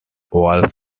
owls